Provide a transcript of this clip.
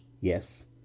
Yes